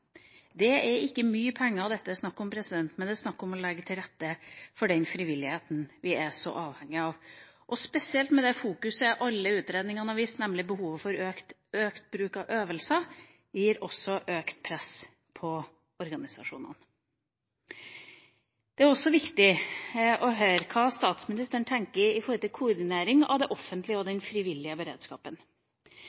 Det er ikke mye penger det her er snakk om, men det er snakk om å legge til rette for den frivilligheten vi er så avhengige av. Alle utredningene har spesielt fokusert på behovet for økt bruk av øvelser, og det gir et økt press på organisasjonene. Det er også viktig å høre hva statsministeren tenker når det gjelder koordinering av den offentlige beredskapen og